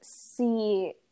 see